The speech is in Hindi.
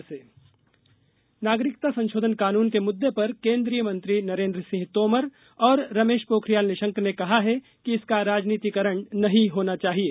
नागरिकता कानून नागरिकता संशोधन कानून के मुददे पर केन्द्रीय मंत्री नरेन्द्र सिंह तोमर और रमेश पोखरियाल निशंक ने कहा है कि इसका राजनीतिकरण नहीं होना चाहिए